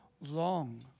long